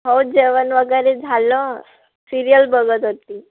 हो जेवण वगैरे झालं सीरिअल बघत होती